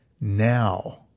Now